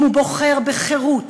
אם הוא בוחר בחירות,